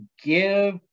give